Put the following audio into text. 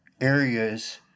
areas